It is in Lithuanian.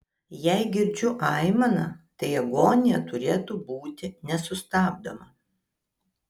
jei girdžiu aimaną tai agonija turėtų būti nesustabdoma